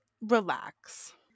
relax